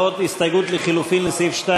ההסתייגות לחלופין של קבוצת סיעת המחנה